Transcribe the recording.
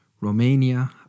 Romania